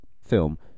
film